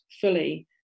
fully